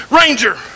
Ranger